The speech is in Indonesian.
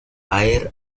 air